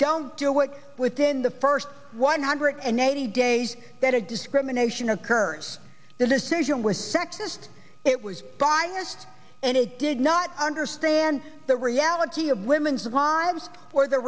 don't do it within the first one hundred and eighty days that a discrimination occurs the decision was sexist it was biased and it did not understand the reality of women's lives or the